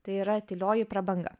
tai yra tylioji prabanga